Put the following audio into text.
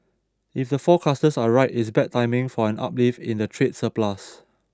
if the forecasters are right it's bad timing for an uplift in the trade surplus